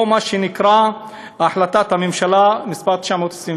או מה שנקרא החלטת ממשלה מס' 922: